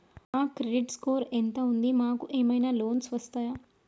మా credit score ఎంత ఉంది? మాకు ఏమైనా లోన్స్ వస్తయా?